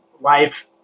life